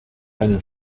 eine